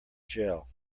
jell